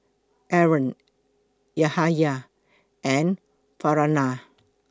Aaron Yahaya and Farhanah